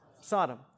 Sodom